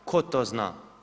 Tko to zna?